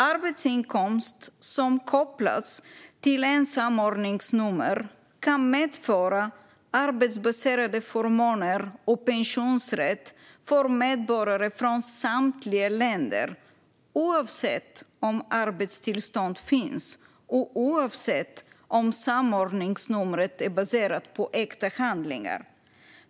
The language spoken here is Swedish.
Arbetsinkomst som kopplas till ett samordningsnummer kan medföra arbetsbaserade förmåner och pensionsrätt för medborgare från samtliga länder, oavsett om arbetstillstånd finns och oavsett om samordningsnumret är baserat på äkta handlingar."